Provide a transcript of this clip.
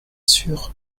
sûr